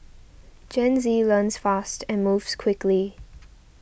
Gen Z learns fast and moves quickly